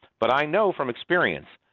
but i know from experience